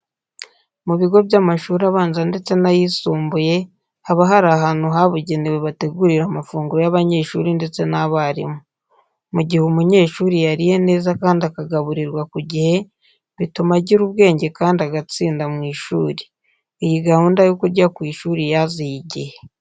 Mu bigo by'amashuri abanza ndetse n'ayisumbuye haba hari ahantu habugenewe bategurira amafunguro y'abanyeshuri ndetse n'abarimu. Mu gihe umunyeshuri yariye neza kandi akagaburirwa ku gihe, bituma agira ubwenge kandi agatsinda mu ishuri. Iyi gahunda yo kurya ku ishuri yaziye igihe.